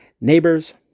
neighbors